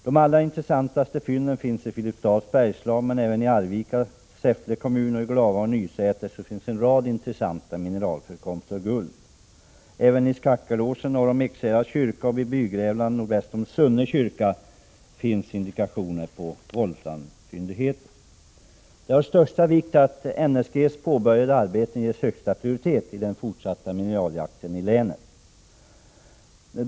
De allra intressantaste fynden finns i Filipstads bergslag, men även i Arvika och Säffle kommun och i Glava och Nysäter finns det en rad intressanta förekomster av guld. Även i Skackelåsen, norr om Ekshärads kyrka, och vid Bygrävlan, nordväst om Sunne kyrka, finns indikationer på bl.a. volframfyndigheter. Det är av största vikt att NSG:s påbörjade arbeten ges högsta prioritet i den fortsatta mineraljakten i Värmlands län.